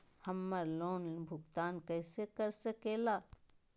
हम्मर लोन भुगतान कैसे कर सके ला?